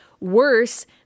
worse